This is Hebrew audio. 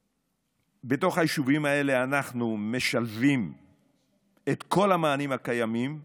בתוך היישובים האלה אנחנו משלבים את כל המענים הקיימים,